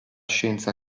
scienza